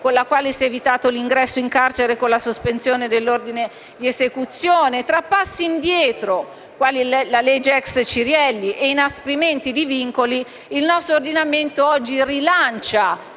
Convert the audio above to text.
con la quale si è evitato l'ingresso in carcere con la sospensione dell'ordine di esecuzione, tra passi indietro, quale la legge ex Cirielli e inasprimenti di vincoli, il nostro ordinamento oggi rilancia